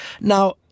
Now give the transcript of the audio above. Now